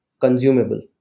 consumable